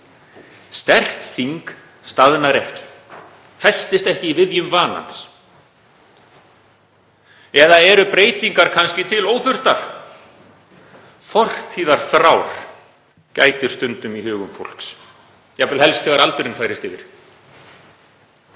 Sterkt þing staðnar ekki, festist ekki í viðjum vanans. Eða eru breytingar kannski til óþurftar? Fortíðarþrár gætir stundum í hugum fólks, jafnvel helst þegar aldurinn færist yfir.